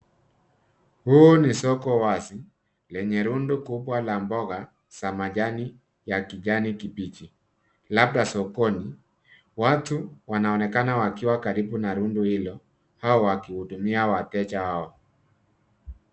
Huu ni soko wazi, lenye rundo kuu la mboga, za majani, ya kijani kibichi, labda sokoni, watu, wanaonekana wakiwa karibu na rundo hilo, au wakihudumia wateja hao.